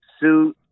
suit